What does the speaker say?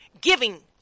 giving